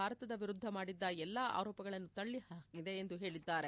ಭಾರತದ ವಿರುದ್ದ ಮಾಡಿದ್ದ ಎಲ್ಲ ಆರೋಪಗಳನ್ನು ತಳ್ಳಿಹಾಕಿದೆ ಎಂದು ಹೇಳಿದ್ದಾರೆ